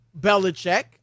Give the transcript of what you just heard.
Belichick